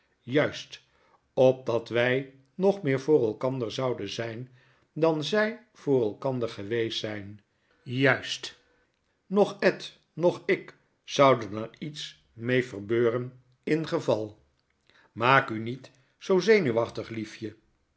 juist opdat wy nog meer voor elkander zouden zyn dan zy voor elkander geweest zyn juist noch ed noeh ik zouden er iets meeverbeuren ingeval maak u niet zoo zenuwachtig liefje